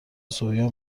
سویا